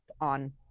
on